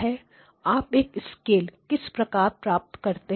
आप एक स्केलर किस प्रकार प्राप्त करते हैं